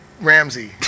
Ramsey